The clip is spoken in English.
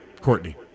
Courtney